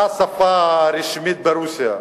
מה השפה הרשמית ברוסיה?